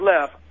left